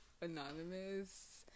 anonymous